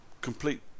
complete